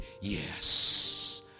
yes